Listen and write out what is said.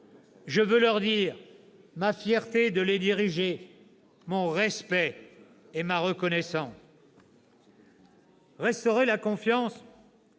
Je veux leur dire ma fierté de les diriger, mon respect et ma reconnaissance. « Restaurer la confiance,